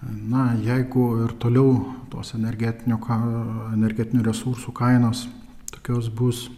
na jeigu ir toliau tos energetinio karo energetinių resursų kainos tokios bus